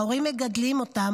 ההורים מגדלים אותם.